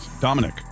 Dominic